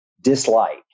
dislike